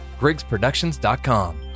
griggsproductions.com